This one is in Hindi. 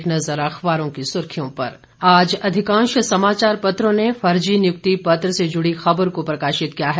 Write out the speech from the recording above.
एक नज़र अखबारों की सुर्खियों पर आज अधिकांश समाचार पत्रों ने फर्जी नियुक्ति पत्र से जुड़ी खबर को प्रकाशित किया है